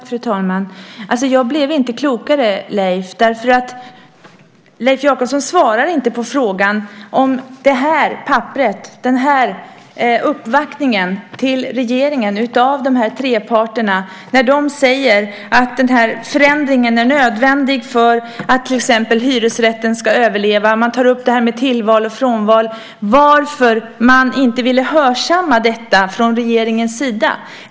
Fru talman! Jag blev inte klokare av det du nu sade, Leif! Leif Jakobsson svarar ju inte på frågan om det papper som jag håller i min hand - de tre parternas uppvaktning till regeringen - där det sägs att nämnda förändring är nödvändig till exempel för att hyresrätten ska överleva. Man tar upp detta med tillval och frånval. Varför ville man inte hörsamma detta från regeringens sida?